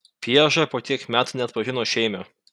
pieža po tiek metų neatpažino šeimio